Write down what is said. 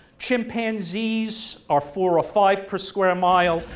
chimpanzees are four or five per square mile,